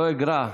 לא אגרע,